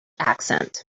accent